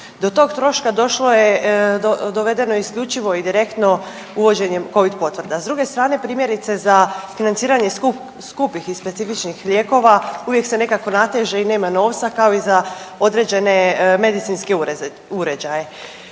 Do tog troška došlo je, dovedeno je isključivo i direktno uvođenjem COVID potvrda. S druge strane primjerice za financiranje skupih i specifičnih lijekova uvijek se nekako nateže i nema novca kao i za određene medicinske uređuje.